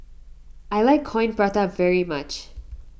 I like Coin Prata very much